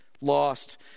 lost